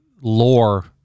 lore